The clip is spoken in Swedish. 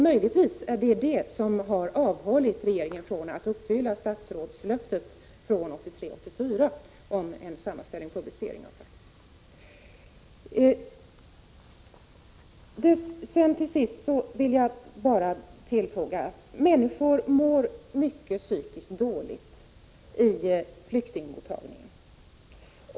Möjligtvis är det detta som har avhållit regeringen från att uppfylla statsrådslöftet från 1983/84 om en sammanställning och publicering av uppgifter om praxis. Till sist vill jag tillfoga att människor mår psykiskt mycket dåligt i flyktingmottagningarna.